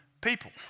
people